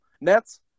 Nets